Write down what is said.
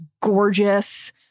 gorgeous